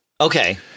Okay